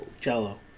Jello